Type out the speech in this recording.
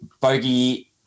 bogey